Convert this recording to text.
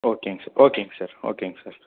ஓகேங்க சார் ஓகேங்க சார் ஓகேங்க சார்